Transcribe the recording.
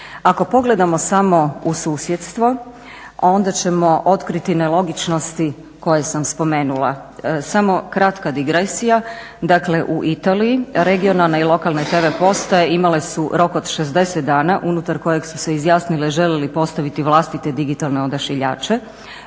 Ako pogledamo samo u susjedstvo onda ćemo otkriti nelogičnosti koje sam spomenula. Samo kratka digresija, dakle u Italiji regionalne i lokalne TV postaje imale su rok od 60 dana unutar kojeg su se izjasnile žele li postaviti vlastite digitalne odašiljače.